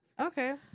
Okay